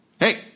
Hey